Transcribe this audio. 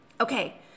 Okay